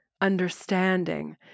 understanding